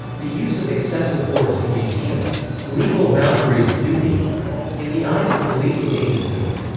the use of excessive force can be seen as legal boundaries duty in the eyes of policing agencies.